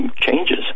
changes